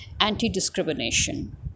anti-discrimination